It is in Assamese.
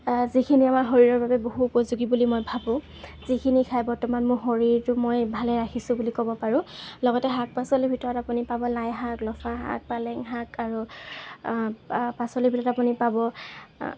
যিখিনি আমাৰ শৰীৰৰ বাবে বহু উপযোগী বুলি মই ভাবোঁ যিখিনি খাই বৰ্তমান মোৰ শৰীৰটো মই ভালে ৰাখিছোঁ বুলি ক'ব পাৰোঁ লগতে শাক পাচলিৰ ভিতৰত আপুনি পাব লাইশাক লফাশাক পালেঙশাক আৰু পাচলিৰ ভিতৰত আপুনি পাব